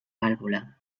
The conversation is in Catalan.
vàlvula